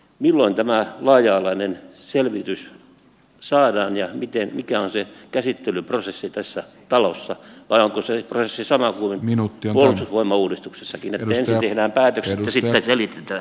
milloin tämä laaja alainen selvitys saadaan ja mikä on käsittelyprosessi tässä talossa vai onko prosessi sama kuin puolustusvoimauudistuksessakin että ensin tehdään päätökset ja sitten selitetään